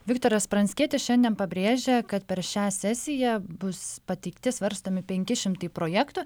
viktoras pranckietis šiandien pabrėžė kad per šią sesiją bus pateikti svarstomi penki šimtai projektų